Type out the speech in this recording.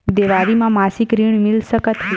देवारी म मासिक ऋण मिल सकत हे?